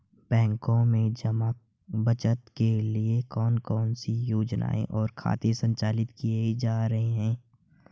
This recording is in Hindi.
बैंकों में जमा बचत के लिए कौन कौन सी योजनाएं और खाते संचालित किए जा रहे हैं?